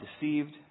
deceived